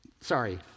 sorry